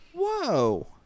Whoa